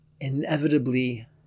inevitably